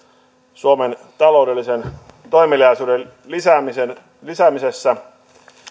suomen taloudellisen toimeliaisuuden lisäämisessä lisäämisessä